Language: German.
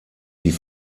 die